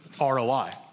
ROI